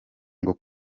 ngo